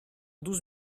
douze